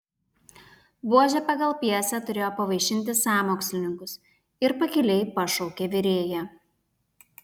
buožė pagal pjesę turėjo pavaišinti sąmokslininkus ir pakiliai pašaukė virėją